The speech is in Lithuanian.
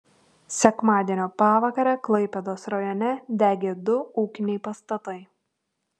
sekmadienio pavakarę klaipėdos rajone degė du ūkiniai pastatai